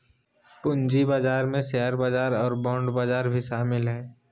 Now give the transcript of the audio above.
पूँजी बजार में शेयर बजार और बांड बजार भी शामिल हइ